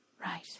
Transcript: Right